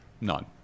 None